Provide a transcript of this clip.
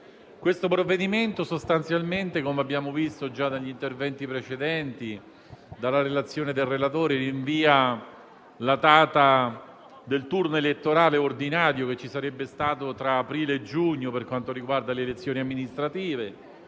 Il provvedimento in esame sostanzialmente - come abbiamo sentito già negli interventi precedenti e dalla relazione del relatore - rinvia la data del turno elettorale ordinario che ci sarebbe stato tra aprile e giugno per quanto riguarda le elezioni amministrative,